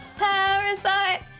parasite